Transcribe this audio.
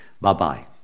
Bye-bye